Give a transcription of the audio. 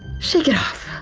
shake it off.